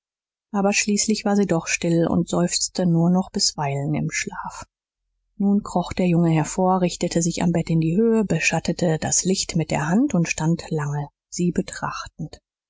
aber schließlich war sie doch still und seufzte nur noch bisweilen im schlaf nun kroch der junge hervor richtete sich am bett in die höhe beschattete das licht mit der hand und stand lange sie betrachtend